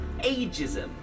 ageism